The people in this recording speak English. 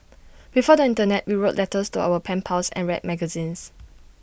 before the Internet we wrote letters to our pen pals and read magazines